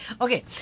Okay